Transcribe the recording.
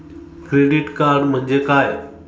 Credit card म्हणजे काय?